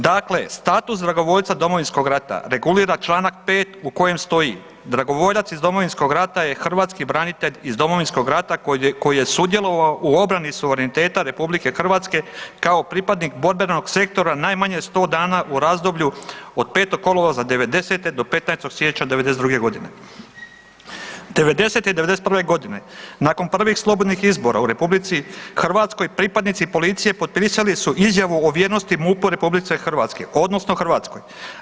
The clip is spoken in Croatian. Dakle, status dragovoljca Domovinskog rata regulira čl. 5. u kojem stoji, dragovoljac iz Domovinskog rata je hrvatski branitelj iz Domovinskog rata koji je sudjelovao u obrani suvereniteta RH kao pripadnik borbenog sektora najmanje 100 dana u razdoblju od 5. kolovoza '90. do 15. siječnja '92.g. '90.-te i '91.g. nakon prvih slobodnih izbora u RH pripadnici policije potpisali su izjavu o vjernosti MUP-u RH odnosno Hrvatskoj.